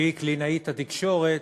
שהוא קלינאית התקשורת,